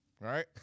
Right